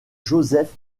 joseph